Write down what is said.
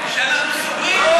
כשאנחנו סוגרים את הוועדה,